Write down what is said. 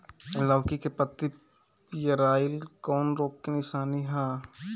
लौकी के पत्ति पियराईल कौन रोग के निशानि ह?